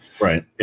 Right